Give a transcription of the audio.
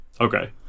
Okay